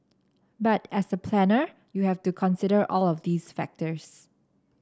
but as a planner you have to consider all of these factors